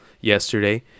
yesterday